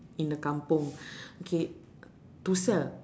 in the kampung okay to sell